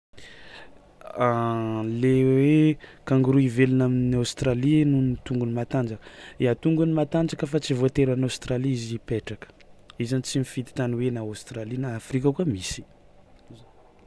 Le hoe kangoroa ivelona amin'ny Aostralia nohon'ny tongony matanjaka, ia tongony matanjaka fa tsy voatery any Aostralia izy hipetraka, izy zany tsy mifidy tany hoe na Aostralia na Afrika koa misy.